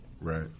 Right